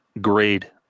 grade